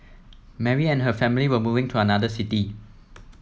Mary and her family were moving to another city